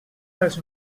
pels